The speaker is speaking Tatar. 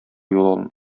юлын